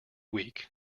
weak